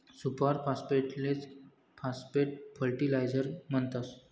super फास्फेटलेच phosphate fertiliser म्हणतस